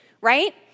right